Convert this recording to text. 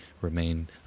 remain